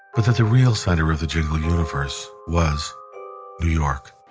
but that the real center of the jingle universe was new york